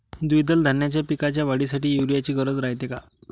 द्विदल धान्याच्या पिकाच्या वाढीसाठी यूरिया ची गरज रायते का?